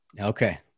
Okay